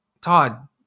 Todd